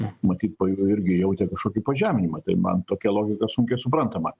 matyt po jų irgi jautė kažkokį pažeminimą tai man tokia logika sunkiai suprantama